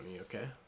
okay